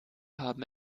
haben